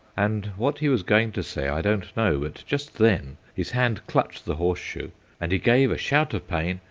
and what he was going to say i don't know, but just then his hand clutched the horseshoe and he gave a shout of pain,